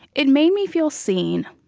it made me feel seen.